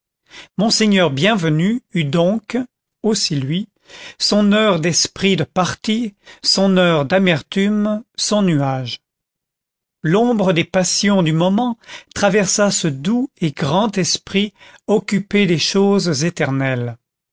monseigneur bienvenu eut donc aussi lui son heure d'esprit de parti son heure d'amertume son nuage l'ombre des passions du moment traversa ce doux et grand esprit occupé des choses éternelles